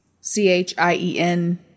C-H-I-E-N